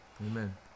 Amen